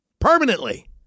Permanently